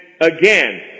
again